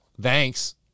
Thanks